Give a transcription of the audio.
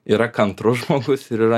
yra kantrus žmogus ir yra